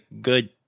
good